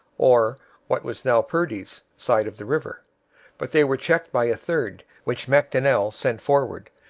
or what was now purdy's, side of the river but they were checked by a third, which macdonell sent forward,